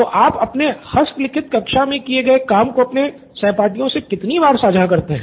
तो आप अपने हस्तलिखित कक्षा मे किए काम को अपने सहपाठियों से कितनी बार साझा करते हैं